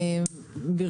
היושב-ראש.